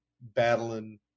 battling